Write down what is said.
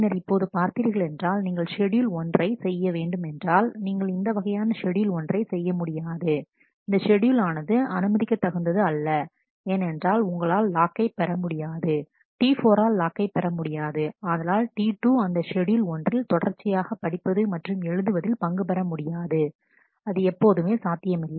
பின்னர் இப்போது பார்த்தீர்களென்றால் நீங்கள் ஷெட்யூல் ஒன்றை செய்ய வேண்டுமென்றால் நீங்கள் இந்த வகையான ஷெட்யூல் ஒன்றை செய்ய முடியாது இந்த ஷெட்யூல் ஆனது அனுமதிக்க தகுந்தது அல்ல ஏனென்றால் உங்களால் லாக்கை பெற முடியாது T4 ஆல் லாக்கை பெறமுடியாது ஆதலால் T2 அந்த ஷெட்யூல் ஒன்றில் தொடர்ச்சியாக படிப்பது மற்றும் எழுதுவதில் பங்குபெற முடியாது அது எப்போதுமே சாத்தியமில்லை